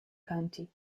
county